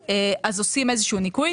עושים איזשהו ניכוי.